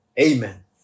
Amen